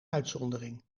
uitzondering